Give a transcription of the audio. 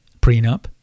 Prenup